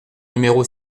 numéro